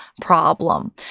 problem